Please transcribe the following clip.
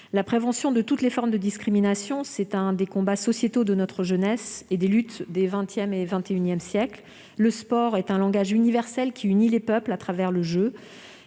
La prévention de toutes les formes de discrimination est l'un des combats sociétaux de notre jeunesse, l'une des luttes des XX et XXI siècles. Le sport est un langage universel qui unit les peuples à travers le jeu,